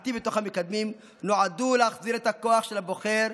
וסיעתי בתוכה מקדמים נועדו להחזיר את הכוח של הבוחר,